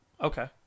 Okay